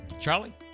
Charlie